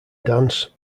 dance